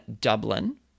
Dublin